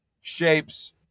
shapes